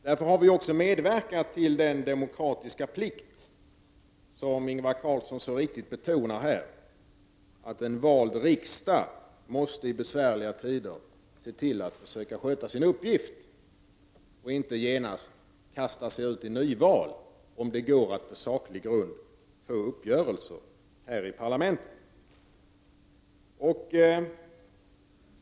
Därför har vi medverkat till den demokratiska plikt, som Ingvar Carlsson betonade vikten av, som innebär att en vald riksdag måste i besvärliga tider se till att försöka sköta sin uppgift och inte genast kasta sig ini ett nyval, om det går att på saklig grund att få till stånd uppgörelser i parlamentet.